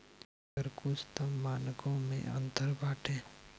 मगर कुछ तअ मानको मे अंतर बाटे